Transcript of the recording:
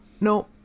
no